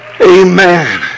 amen